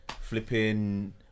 flipping